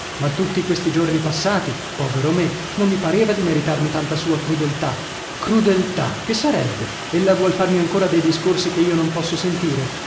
ma tutti questi giorni passati povero a me non mi pareva di meritarmi tanta sua crudeltà crudeltà che sarebbe ella vuol farmi ancora dei discorsi che io non posso sentire